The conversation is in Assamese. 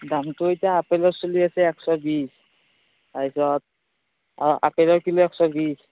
দামটো এতিয়া আপেলৰ চলি আছে একশ বিছ তাৰপিছত অঁ আপেলৰ কিলো একশ বিছ